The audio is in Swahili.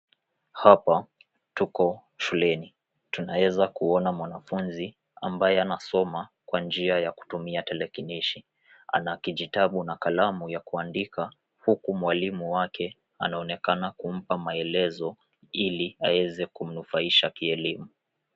Hapa tuko shuleni tunaeza kuona mwanafunzi ambaye anasoma kwa njia ya kutumia telekinishi ana kijitabu na kalamu ya kuandika huku mwalimu wake anaonekana kumpa maelezo ili aeze kumnufaisha kielemu